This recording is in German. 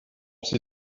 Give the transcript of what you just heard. sie